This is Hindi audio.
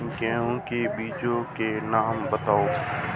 गेहूँ के बीजों के नाम बताओ?